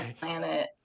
Planet